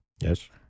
yes